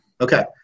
Okay